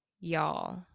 y'all